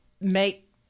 make